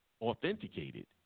authenticated